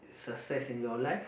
success in your life